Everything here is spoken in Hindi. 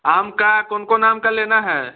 आम का कौन कौन आम का लेना है